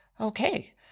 Okay